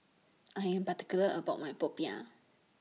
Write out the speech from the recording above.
I Am particular about My Popiah